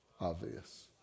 obvious